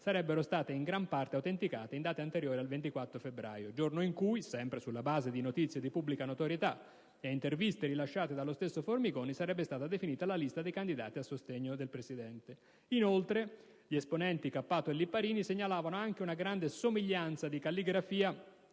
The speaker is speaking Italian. sarebbero state in gran parte autenticate in date anteriori al 24 febbraio, giorno in cui, sempre sulla base di notizie di pubblica notorietà e a interviste rilasciate dallo stesso Formigoni, sarebbe stata definita la lista dei candidati a sostegno di Formigoni. Inoltre, gli esponenti Marco Cappato e Lorenzo Lipparini segnalavano anche una grande somiglianza di calligrafia